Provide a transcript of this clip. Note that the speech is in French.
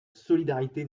solidarité